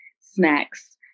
snacks